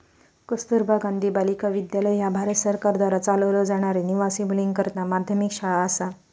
कस्तुरबा गांधी बालिका विद्यालय ह्या भारत सरकारद्वारा चालवलो जाणारी निवासी मुलींकरता माध्यमिक शाळा असा